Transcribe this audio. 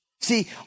See